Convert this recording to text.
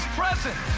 present